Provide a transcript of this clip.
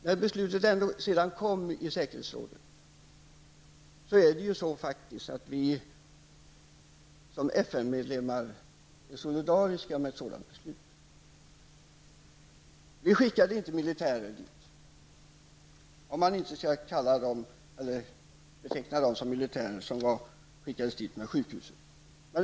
När beslutet ändå kom i säkerhetsrådet måste vi som FN-medlemmar vara solidariska med beslutet. Vi skickade inte militär till området, om man inte betecknar som militär dem som skickades med sjukhuset.